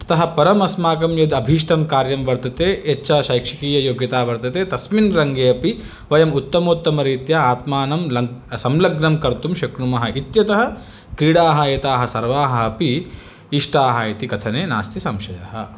ततः परम् अस्माकं यद् अभिष्टं कार्यं वर्तते यच्च शैक्षकीययोग्यता वर्तते तस्मिन् रङ्गे अपि वयम् उत्तमोत्तमरीत्या आत्मानां लं संलग्नं कर्तुं शक्नुमः इत्यतः क्रीडाः एताः सर्वाः अपि इष्टाः इति कथने नास्ति संशयः